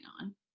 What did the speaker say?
on